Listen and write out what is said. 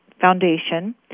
Foundation